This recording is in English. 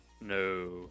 No